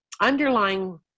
underlying